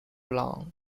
long